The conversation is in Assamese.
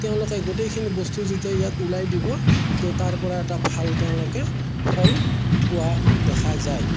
তেওঁলোকে গোটেইখিনি বস্তু যেতিয়া ইয়াত ওলাই দিব তো তাৰপৰা এটা ভাল তেওঁলোকে ফল পোৱা দেখা যায়